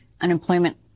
unemployment